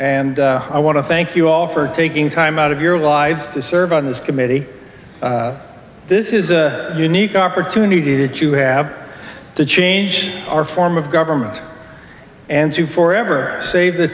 and i want to thank you all for taking time out of your lives to serve on this committee this is a unique opportunity to do have to change our form of government and to for ever save the